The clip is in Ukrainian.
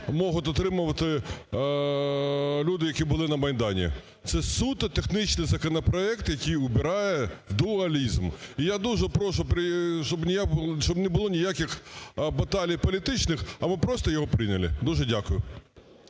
зможуть отримувати люди, які були на Майдані. Це суто технічний законопроект, який прибирає дуалізм. І я дуже прошу, щоб не було ніяких баталій політичних, а ми просто його прийняли. Дуже дякую.